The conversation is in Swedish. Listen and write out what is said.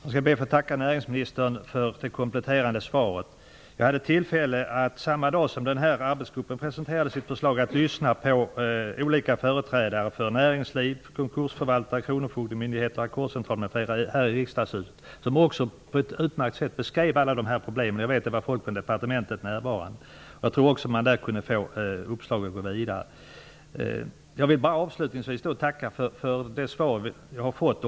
Fru talman! Jag tackar näringsministern för det kompletterande svaret. Samma dag som denna arbetsgrupp presenterade sitt förslag hade jag tillfälle att lyssna på olika företrädare för näringslivet, konkursförvaltarna, kronofogdemyndigheterna, Ackordcentralen m.fl. här i Riksdagshuset. De beskrev på ett utmärkt sätt alla dessa problem. Även representanter för departementet var närvarande. Man kunde där få uppslag när det gäller att gå vidare. Jag vill avslutningsvis tacka för det svar jag har fått.